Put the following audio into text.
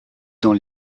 dans